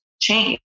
change